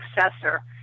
successor